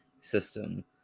system